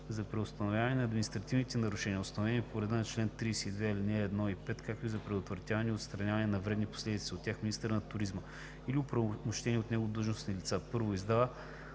За преустановяване на административните нарушения, установени по реда на чл. 32, ал. 1 и 5, както и за предотвратяване и отстраняване на вредните последици от тях, министърът на туризма или оправомощено от него длъжностно лице: 1. издава